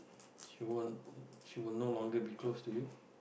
she won't she will no longer be close to you